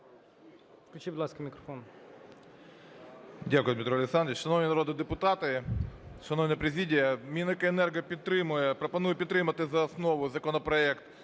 Дякую, Дмитро Олександрович. Шановні народні депутати, шановна президія, Міненерго пропонує підтримати за основу законопроект